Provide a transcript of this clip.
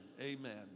amen